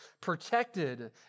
protected